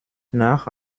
nach